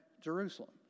Jerusalem